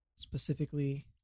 specifically